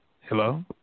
Hello